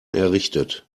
errichtet